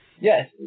Yes